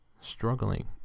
struggling